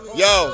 yo